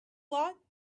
lot